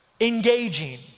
engaging